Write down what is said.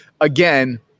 Again